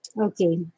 Okay